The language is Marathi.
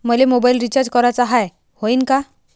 मले मोबाईल रिचार्ज कराचा हाय, होईनं का?